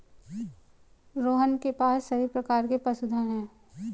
रोहन के पास सभी प्रकार के पशुधन है